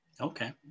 Okay